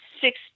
six